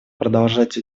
продолжать